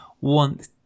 want